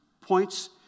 points